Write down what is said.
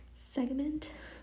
segment